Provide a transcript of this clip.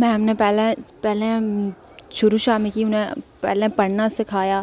ma'am नै पैह्लें पैह्लें शुरू शा मिगी उ'नें पैह्लें पढ़ना सखाया